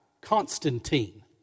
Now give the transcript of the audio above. Constantine